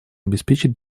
обеспечить